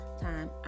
time